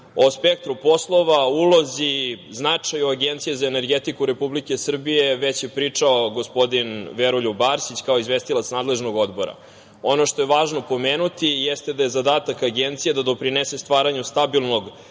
spektru poslova, o ulozi, značaju Agencije za energetiku Republike Srbije već je pričao gospodin Veroljub Arsić kao izvestilac nadležnog odbora. Ono što je važno pomenuti jeste da je zadatak Agencije da doprinese stvaranju stabilnog